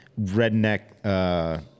redneck